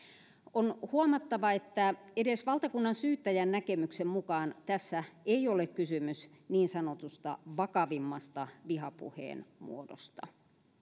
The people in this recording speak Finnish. on huomattava että edes valtakunnansyyttäjän näkemyksen mukaan tässä ei ole kysymys niin sanotusta vakavimmasta vihapuheen muodosta